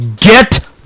get